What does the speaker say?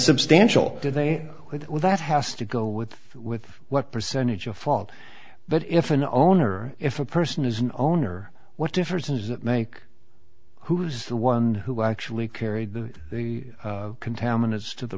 substantial did they with that has to go with with what percentage of fault but if an owner if a person is an owner what difference does it make who's the one who actually carried the contaminants to the